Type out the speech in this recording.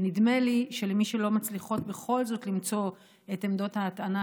נדמה לי שלאלו שלא מצליחות בכל זאת למצוא את עמדות ההטענה,